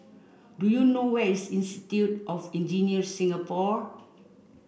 do you know where is Institute of Engineers Singapore